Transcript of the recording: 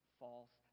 false